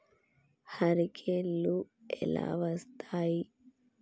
హరికేన్లు ఎలా వస్తాయి?